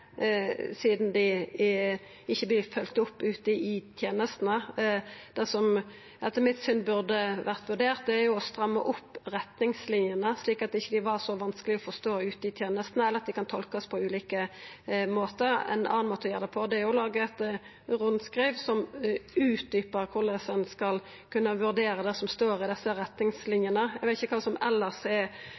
sidan dei ikkje vert følgde opp ute i tenestene. Det som etter mitt syn burde vore vurdert, er å stramma opp retningslinjene, slik at dei ikkje er så vanskelege å forstå ute i tenestene eller kan tolkast på ulike måtar. Ein annan måte å gjera det på er å laga eit rundskriv som utdjupar korleis ein skal kunna vurdera det som står i desse retningslinjene. Eg veit ikkje kva som elles er